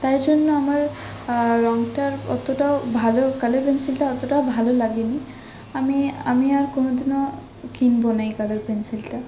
তাই জন্য আমার রংটা অতটাও ভালো কালার পেন্সিলটা অতটাও ভালো লাগেনি আমি আমি আর কোনদিনও কিনবো না এই কালার পেন্সিলটা